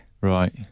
right